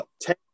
Ten